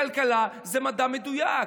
כלכלה זה מדע מדויק.